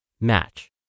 Match